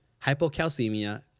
hypocalcemia